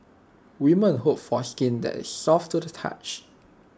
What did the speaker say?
women hope for skin that is soft to the touch